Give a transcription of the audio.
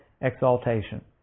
exaltation